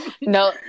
No